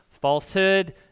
falsehood